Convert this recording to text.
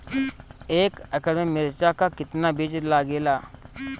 एक एकड़ में मिर्चा का कितना बीज लागेला?